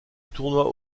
tournoi